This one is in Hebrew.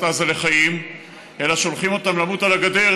עזה לחיים אלא שולחים אותם למות על הגדר,